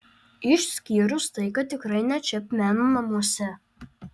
išskyrus tai kad tikrai ne čepmeno namuose